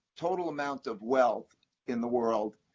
total amount of wealth in the world,